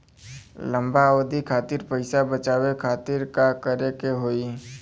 लंबा अवधि खातिर पैसा बचावे खातिर का करे के होयी?